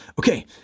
Okay